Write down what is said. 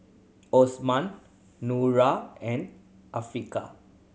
Osman Nura and Afiqah